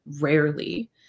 rarely